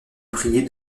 prier